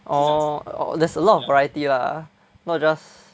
orh there's a lot of variety lah not just